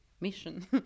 mission